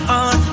on